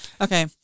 Okay